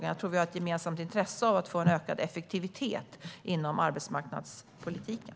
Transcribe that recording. Jag tror att vi har ett gemensamt intresse av att få en ökad effektivitet inom arbetsmarknadspolitiken.